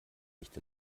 nicht